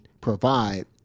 provide